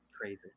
Crazy